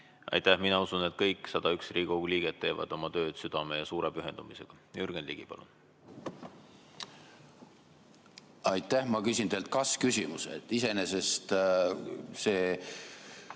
Aitäh! Mina usun, et kõik 101 Riigikogu liiget teevad oma tööd südamega ja suure pühendumisega. Jürgen Ligi, palun! Aitäh! Ma küsin teilt kas-küsimuse. Iseenesest see,